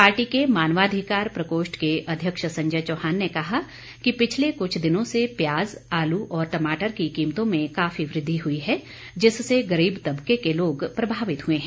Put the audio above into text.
party के मानवाधिकार प्रकोष्ठ के अध्यक्ष संजय चौहान ने कहा कि पिछले कृछ दिनों से प्याज आलू और टमाटर की कीमतों में काफी वृद्धि हुई हैं जिससे गरीब तबके के लोग प्रभावित हुए हैं